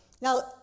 Now